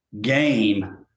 game